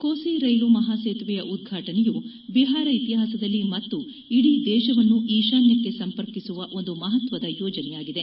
ಕೋಸಿ ರೈಲು ಮಹಾಸೇತುವೆಯ ಉದ್ವಾಟನೆಯು ಬಿಹಾರ ಇತಿಹಾಸದಲ್ಲಿ ಮತ್ತು ಇಡೀ ಪ್ರದೇಶವನ್ನು ಈಶಾನ್ಯಕ್ಷೆ ಸಂಪರ್ಕಿಸುವ ಒಂದು ಮಹತ್ವದ ಯೋಜನೆಯಾಗಿದೆ